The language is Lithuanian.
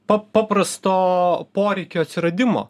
paprasto poreikio atsiradimo